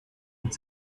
und